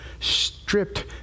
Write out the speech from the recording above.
stripped